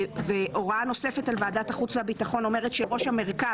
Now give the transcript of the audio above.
הוראה נוספת על ועדת החוץ והביטחון אומרת שראש המרכז,